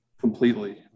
completely